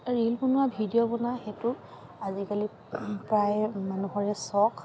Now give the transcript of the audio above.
reel বনোৱা video বনোৱা সেইটো আজিকালি প্ৰায় মানুহৰে চখ